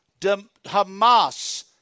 Hamas